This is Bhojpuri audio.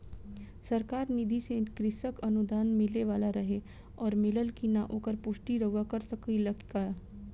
सरकार निधि से कृषक अनुदान मिले वाला रहे और मिलल कि ना ओकर पुष्टि रउवा कर सकी ला का?